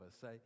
Say